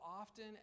often